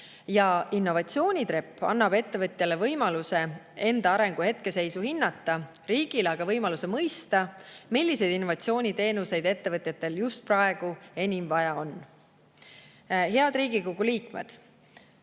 ja innovatsioonitrepp annab ettevõtjale võimaluse enda arengu hetkeseisu hinnata, riigil aga võimaluse mõista, milliseid innovatsiooniteenuseid ettevõtjatel just praegu enim vaja on. Head Riigikogu liikmed!